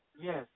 yes